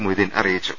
മൊയ്തീൻ അറിയിച്ചു